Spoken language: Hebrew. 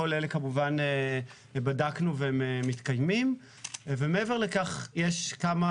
כל אלה כמובן בדקנו והם מתקיימים ומעבר לכך יש כמה